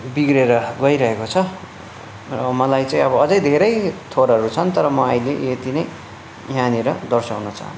बिग्रिएर गइरहेको छ मलाई चाहिँ अब अझै धेरै थोकहरू छन् तर म अहिले यति नै यहाँनिर दर्साउनु चाहन्छु